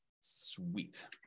Sweet